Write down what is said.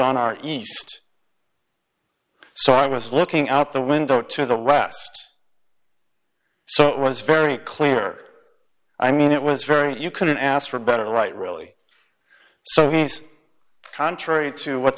on our east so i was looking out the window to the west so it was very clear i mean it was very you couldn't ask for better right really so he's contrary to what